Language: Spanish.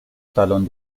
talón